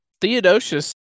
Theodosius